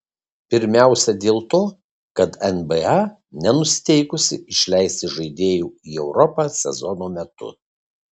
pirmiausia dėl to kad nba nenusiteikusi išleisti žaidėjų į europą sezono metu